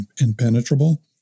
impenetrable